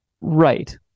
Right